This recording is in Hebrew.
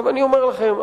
אני אומר לכם,